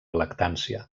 lactància